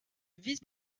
vice